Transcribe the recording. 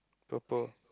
purple